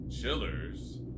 Chillers